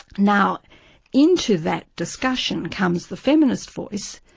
now into that discussion comes the feminist voice,